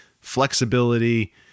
flexibility